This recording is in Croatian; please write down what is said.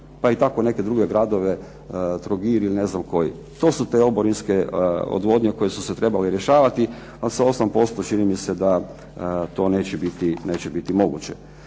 pa i tako neke druge gradove Trogir ili ne znam koji. To su te oborinske odvodnje koje su se trebale rješavati, ali sa 8% čini mi se da to neće biti moguće.